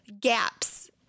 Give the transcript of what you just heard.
gaps